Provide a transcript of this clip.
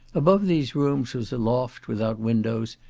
above these rooms was a loft, without windows,